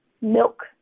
milk